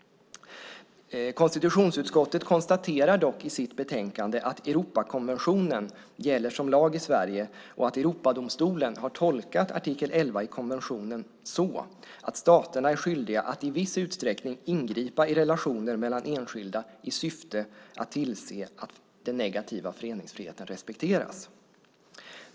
Konstitutionsutskottet konstaterar dock i sitt betänkande att Europakonventionen gäller som lag i Sverige och att Europadomstolen har tolkat artikel 11 i konventionen så att staterna är skyldiga att i viss utsträckning ingripa i relationer mellan enskilda i syfte att tillse att den negativa föreningsfriheten respekteras.